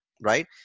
Right